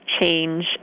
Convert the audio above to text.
change